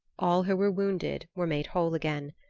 all who were wounded were made whole again,